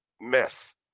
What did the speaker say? mess